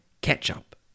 ketchup